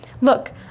Look